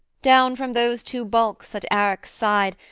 down from those two bulks at arac's side,